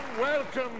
Welcome